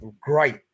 Great